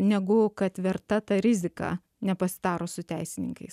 negu kad verta ta rizika nepasitarus su teisininkais